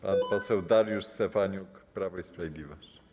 Pan poseł Dariusz Stefaniuk, Prawo i Sprawiedliwość.